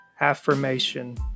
affirmation